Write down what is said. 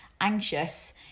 anxious